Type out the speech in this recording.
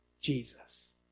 Jesus